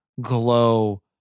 glow